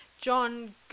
John